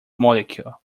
molecule